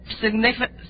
significant